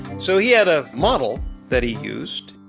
so he had a model that he used.